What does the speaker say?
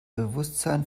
bewusstsein